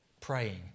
praying